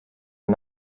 are